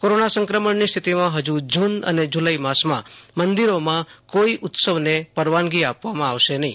corona સંક્રમણની સ્થિતિમાં ફજુ જુન અને જુલાઈ માસમાં મંદિરોમાં કોઈ ઈસવને પરવાનગી આપવામાં આવશે નહિ